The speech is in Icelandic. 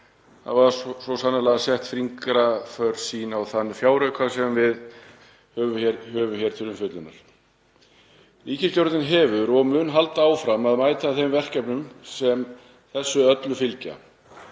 hefur svo sannarlega sett fingraför sín á þann fjárauka sem við höfum hér til umfjöllunar. Ríkisstjórnin hefur mætt og mun halda áfram að mæta þeim verkefnum sem þessu öllu fylgja.